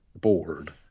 board